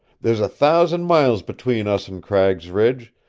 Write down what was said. there's a thousand miles between us and cragg's ridge,